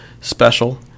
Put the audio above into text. Special